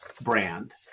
brand